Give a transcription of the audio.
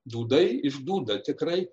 dūdai iš dūda tikrai